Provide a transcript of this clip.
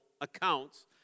accounts